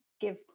give